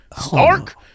Stark